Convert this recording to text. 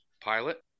pilot